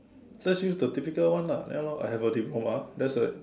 just use the typical one lah ya lor I have a diploma that's it